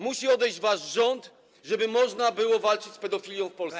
Musi odejść wasz rząd, żeby można było walczyć z pedofilią w Polsce.